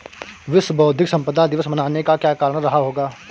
विश्व बौद्धिक संपदा दिवस मनाने का क्या कारण रहा होगा?